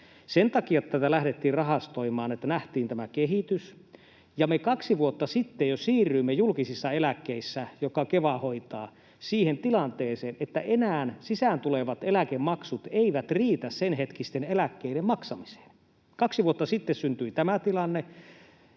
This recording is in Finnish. lähivuosina. Tätä lähdettiin rahastoimaan sen takia, että nähtiin tämä kehitys. Jo kaksi vuotta sitten me siirryimme julkisissa eläkkeissä, jotka Keva hoitaa, siihen tilanteeseen, että enää sisään tulevat eläkemaksut eivät riitä senhetkisten eläkkeiden maksamiseen. Kaksi vuotta sitten syntyi tämä tilanne.